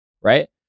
right